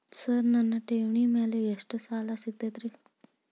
Sir ನನ್ನ ಠೇವಣಿ ಮೇಲೆ ಎಷ್ಟು ಸಾಲ ಸಿಗುತ್ತೆ ರೇ?